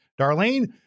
Darlene